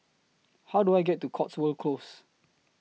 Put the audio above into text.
How Do I get to Cotswold Close